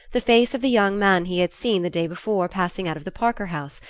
the face of the young man he had seen, the day before, passing out of the parker house,